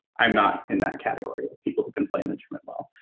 i'm not in that category, people who can play an instrument well.